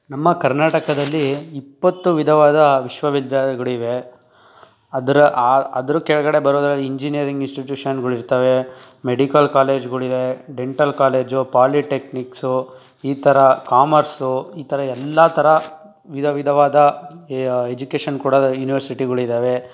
ನಮ್ಮ ಕರ್ನಾಟಕದಲ್ಲಿ ಇಪ್ಪತ್ತು ವಿಧವಾದ ವಿಶ್ವವಿದ್ಯಾಲಯಗಳಿವೆ ಅದರ ಅದ್ರ ಕೆಳಗಡೆ ಬರೋದು ಇಂಜಿನಿಯರಿಂಗ್ ಇನ್ಸ್ಟಿಟ್ಯೂಷನ್ಗಳಿರ್ತವೆ ಮೆಡಿಕಲ್ ಕಾಲೇಜ್ಗಳಿವೆ ಡೆಂಟಲ್ ಕಾಲೇಜು ಪಾಲಿಟೆಕ್ನಿಕ್ಸು ಈ ಥರ ಕಾಮರ್ಸು ಈ ಥರ ಎಲ್ಲ ಥರ ವಿಧ ವಿಧವಾದ ಎಜುಕೇಶನ್ ಕೊಡೋ ಯೂನಿವರ್ಸಿಟಿಗಳಿದಾವೆ